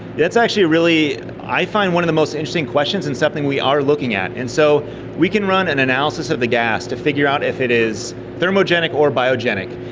that's actually really i find one of the most interesting questions and something we are looking at. and so we can run an analysis of the gas to figure out if it is thermogenic or biogenic.